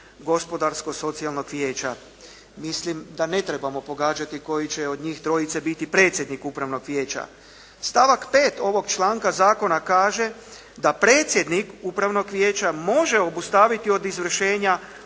Gospodarsko-socijalnog vijeća. Mislim da ne trebamo pogađati koji će od njih trojice biti predsjednik Upravnog vijeća. Stavak 5. ovog članka zakona kaže da predsjednik Upravnog vijeća može obustaviti od izvršenja